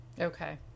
Okay